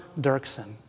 Dirksen